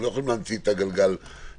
הם לא יכולים להמציא את הגלגל מחדש.